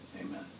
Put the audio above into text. amen